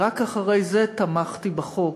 רק אחרי זה תמכתי בחוק,